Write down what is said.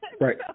Right